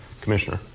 Commissioner